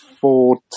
four